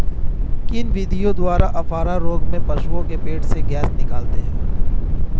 किन विधियों द्वारा अफारा रोग में पशुओं के पेट से गैस निकालते हैं?